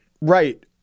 right